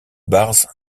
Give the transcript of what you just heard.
bars